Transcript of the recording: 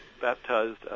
baptized